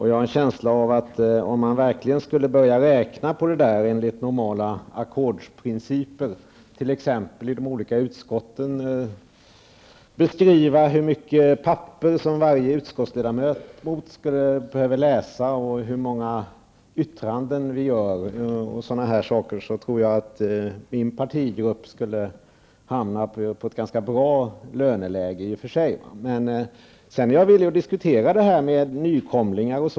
Jag har en känsla av att om man verkligen skulle börja räkna på detta enligt normala ackordsprinciper, i t.ex. de olika utskotten, och beskriva hur många papper som varje utskottsledamot behöver läsa, hur många yttranden de avger osv., skulle min partigrupp skulle hamna i ett ganska bra löneläge. Sedan är jag villig att diskutera det här med nykomlingar.